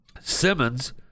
simmons